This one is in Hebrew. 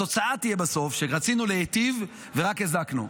התוצאה תהיה בסוף שרצינו להיטיב ורק הזקנו.